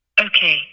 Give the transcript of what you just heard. Okay